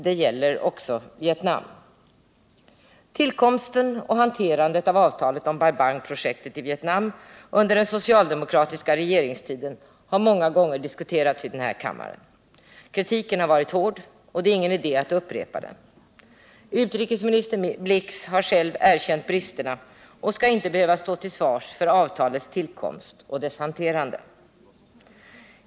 Detta gäller också Vietnam. Tillkomsten och hanterandet av avtalet om Bai Bang-projektet i Vietnam under den socialdemokratiska regeringstiden har många gånger diskuterats i denna kammare. Kritiken har varit hård, och det är ingen idé att upprepa den. Utrikesminister Blix har själv erkänt bristerna och skall inte behöva stå till svars för avtalets tillkomst och dess hanterande.